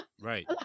right